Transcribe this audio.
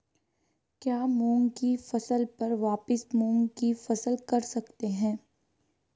क्या मूंग की फसल पर वापिस मूंग की फसल कर सकते हैं?